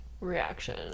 reaction